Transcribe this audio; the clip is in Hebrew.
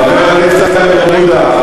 חבר הכנסת איימן עודה,